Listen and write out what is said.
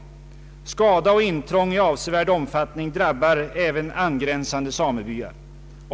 Skada och intrång i avsevärd omfattning drabbar även angränsande samebyar.